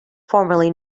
formerly